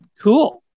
cool